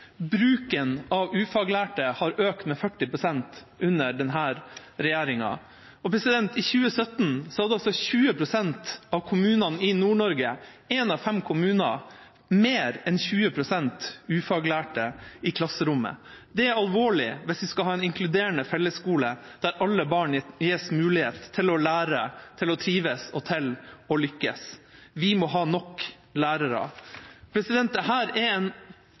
Bruken av ufaglærte har økt med 40 pst. under denne regjeringa. I 2017 hadde 20 pst. av kommunene i Nord-Norge, – én av fem kommuner – mer enn 20 pst. ufaglærte lærere i klasserommet. Det er alvorlig hvis vi skal ha en inkluderende fellesskole der alle barn gis mulighet til å lære, til å trives og til å lykkes. Vi må ha nok lærere. Dette er en